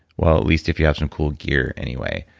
well, at least if you have some cool gear anyway.